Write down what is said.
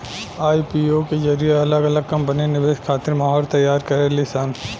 IPO के जरिए अलग अलग कंपनी निवेश खातिर माहौल तैयार करेली सन